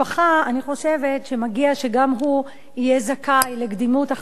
אני חושבת שמגיע שגם הוא יהיה זכאי לקדימות אחר כך,